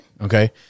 Okay